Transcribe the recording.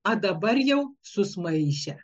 a dabar jau susmaišė